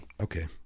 okay